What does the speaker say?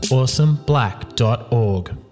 Awesomeblack.org